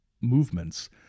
movements